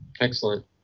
Excellent